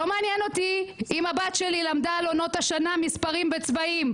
לא מעניין אותי אם הבת שלי למדה על עונות השנה או למדה מספרים וצבעים,